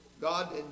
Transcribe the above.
God